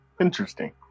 Interesting